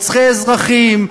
רוצחי אזרחים,